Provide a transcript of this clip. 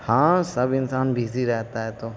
ہاں سب انسان بزی رہتا ہے تو